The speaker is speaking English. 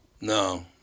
No